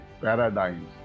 paradigms